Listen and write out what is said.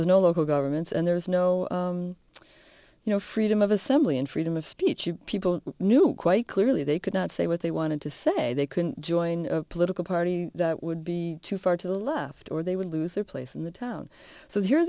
's no local governments and there's no you know freedom of assembly and freedom of speech you people knew quite clearly they could not say what they wanted to say they couldn't join a political party that would be too far to the left or they would lose their place in the town so here